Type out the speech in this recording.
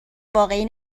واقعی